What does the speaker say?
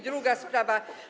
Druga sprawa.